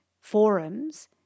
forums